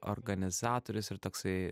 organizatorius ir toksai